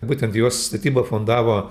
būtent jos statybą fondavo